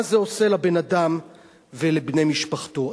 מה זה עושה לבן-אדם ולבני משפחתו?